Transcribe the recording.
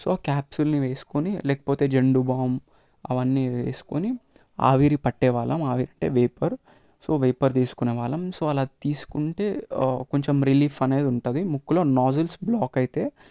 so క్యాప్సూల్ని వేసుకుని లేకపోతే జండూ బామ్ అవన్నీ వేసుకొని ఆవిరి పట్టేవాళ్ళము ఆవిరి అంటే వేపర్ సో వేపర్ తీసుకునేవాళ్ళము సో అలా తీసుకుంటే కొంచెం రిలీఫ్ అనేది ఉంటుంది ముక్కులో నోస్ట్రిల్స్ బ్లాక్ అయితే